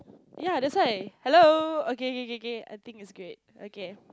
ya that's why hello okay Kay Kay Kay I think it's great okay